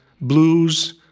blues